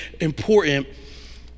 important